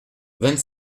vingt